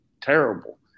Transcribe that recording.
terrible